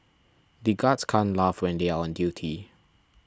the guards can't laugh until they are on duty